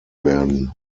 werden